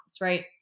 right